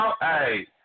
Hey